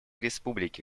республики